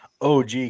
OG